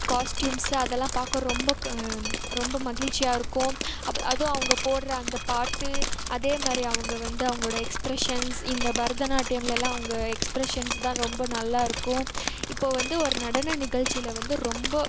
costumes அதெல்லாம் பார்க்க ரொம்ப ரொம்ப மகிழ்ச்சியாக இருக்கும் அதுவும் அவங்க போடுகிற அந்த பாட்டு அதேமாதிரி அவங்க வந்து அவங்களுடைய எக்ஸ்ப்ரெஷன்ஸ் இந்த பரதநாட்டியமில்லாம் அவங்க எக்ஸ்ப்ரெஷன்ஸு தான் ரொம்ப நல்லா இருக்கும் இப்போ வந்து ஒரு நடன நிகழ்ச்சியில் வந்து ரொம்ப